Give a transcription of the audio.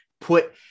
put